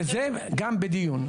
וזה גם בדיוק.